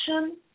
action